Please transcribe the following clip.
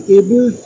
able